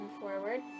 forward